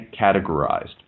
categorized